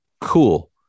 Cool